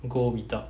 go without